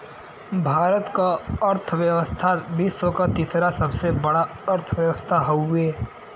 भारत क अर्थव्यवस्था विश्व क तीसरा सबसे बड़ा अर्थव्यवस्था हउवे